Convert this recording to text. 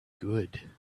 good